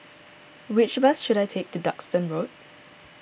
which bus should I take to Duxton Road